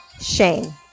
shame